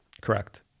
Correct